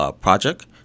project